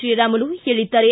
ಶ್ರೀರಾಮುಲು ಹೇಳಿದ್ದಾರೆ